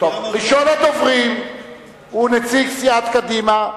ראשון הדוברים הוא נציג סיעת קדימה,